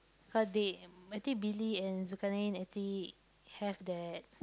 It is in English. cause they I think Billy and Zulkarnin I think have that